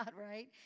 right